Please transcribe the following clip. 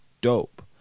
dope